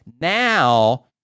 Now